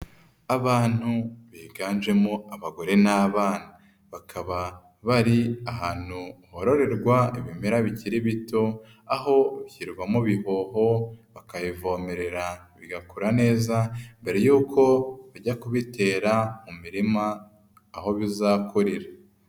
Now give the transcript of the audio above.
Abantu biganjemo abagore n'abana. Bakaba bari ahantu hororerwa ibimera bikiri bito, aho bishyirwa mu ibihoho bakabivomerera bigakura neza, mbere y'uko bajya kubitera mu mirima aho bizakurira.